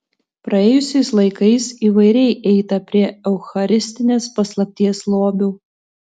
praėjusiais laikais įvairiai eita prie eucharistinės paslapties lobių